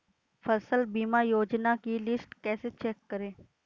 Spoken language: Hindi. फसल बीमा योजना की लिस्ट कैसे चेक करें?